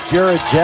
Jared